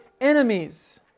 enemies